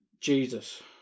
Jesus